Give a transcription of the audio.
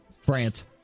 France